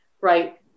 right